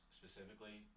specifically